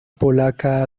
polaca